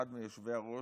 אחד מיושבי-הראש,